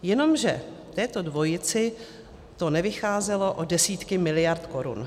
Jenomže této dvojici to nevycházelo o desítky miliard korun.